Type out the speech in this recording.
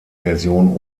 version